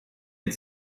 had